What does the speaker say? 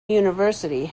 university